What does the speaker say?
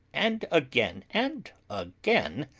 and again, and again,